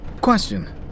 Question